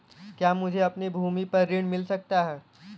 क्या मुझे अपनी भूमि पर ऋण मिल सकता है?